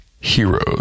heroes